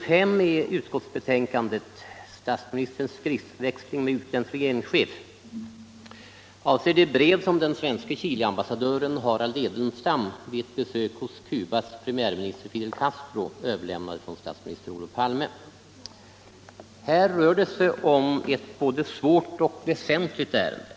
Här rör det sig om ett både svårt och väsentligt ärende.